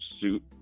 suit